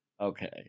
Okay